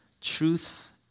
truth